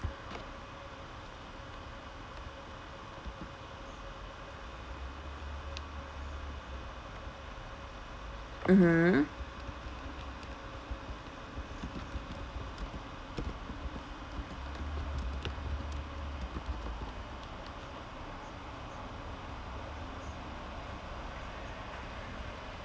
mmhmm